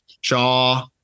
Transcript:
Shaw